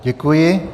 Děkuji.